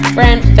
Friend